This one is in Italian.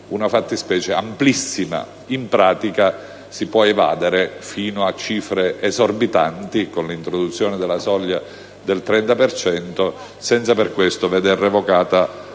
una fattispecie amplissima. In pratica si può evadere fino a cifre esorbitanti con l'introduzione della soglia del 30 per cento senza per questo veder revocato